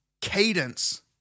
cadence